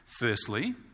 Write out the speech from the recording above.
Firstly